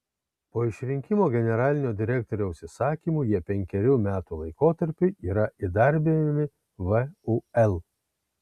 po išrinkimo generalinio direktoriaus įsakymu jie penkerių metų laikotarpiui yra įdarbinami vul